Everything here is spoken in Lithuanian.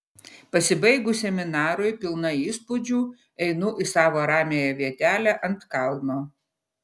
pasibaigus seminarui pilna įspūdžių einu į savo ramiąją vietelę ant kalno